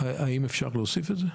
האם אפשר להוסיף את זה?